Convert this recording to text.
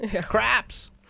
Craps